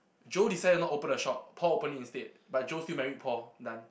Joe decided not open a shop Paul open it instead but Joe still married Paul done